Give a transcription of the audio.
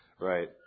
Right